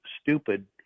stupid